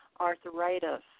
arthritis